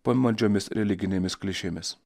pamaldžiomis religinėmis klišėmis